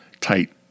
tight